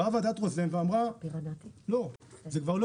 אבל באה ועדת רוזן ואמרה: "לא, זה כבר לא